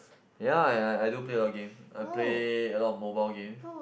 yea yea I do play a lot of game I play a lot of mobile game